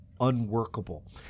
unworkable